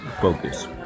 focus